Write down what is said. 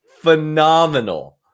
phenomenal